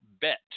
bet